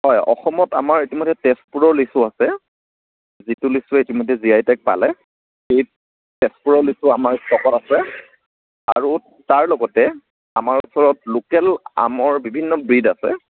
হয় অসমত আমাৰ ইতিমধ্যেই তেজপুৰৰ লিচু আছে যিটো লিচুৱে ইতিমধ্যেই জি আই টেগ পালে সেই তেজপুৰৰ লিচু আমাৰ ষ্টকত আছে আৰু তাৰ লগতে আমাৰ ওচৰত লোকেল আমৰ বিভিন্ন ব্ৰীড আছে